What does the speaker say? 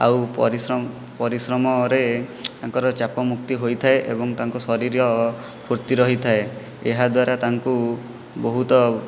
ଆଉ ପରିଶ୍ରମ ପରିଶ୍ରମରେ ତାଙ୍କର ଚାପ ମୁକ୍ତି ହୋଇଥାଏ ଏବଂ ତାଙ୍କ ଶରୀର ଫୁର୍ତ୍ତି ରହିଥାଏ ଏହାଦ୍ୱାରା ବହୁତ